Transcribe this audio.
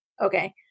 Okay